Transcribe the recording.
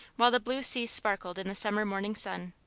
while the blue sea sparkled in the summer morning sun.